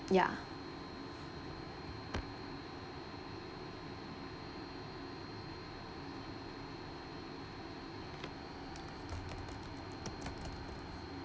ya